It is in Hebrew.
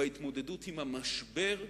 בהתמודדות עם המשבר,